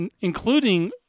including